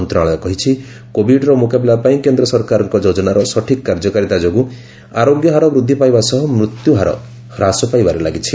ମନ୍ତ୍ରଣାଳୟ କହିଛି କୋବିଡ୍ର ମୁକାବିଲା ପାଇଁ କେନ୍ଦ୍ର ସରକାରଙ୍କ ଯୋଜନାର ସଠିକ୍ କାର୍ଯ୍ୟକାରୀତା ଯୋଗୁଁ ଆରୋଗ୍ୟହାର ବୃଦ୍ଧି ପାଇବା ସହ ମୃତ୍ୟୁହାର ହ୍ରାସ ପାଇବାରେ ଲାଗିଛି